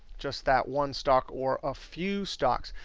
just that one stock or a few stocks.